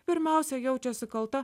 pirmiausia jaučiasi kalta